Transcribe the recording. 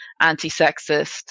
anti-sexist